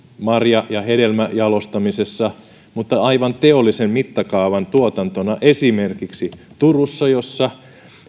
marja ja hedelmäjalostamisessa mutta myös aivan teollisen mittakaavan tuotantona esimerkiksi turussa jossa